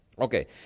Okay